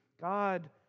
God